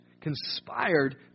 conspired